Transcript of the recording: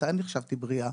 מתי נחשבתי בריאה?